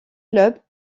clubs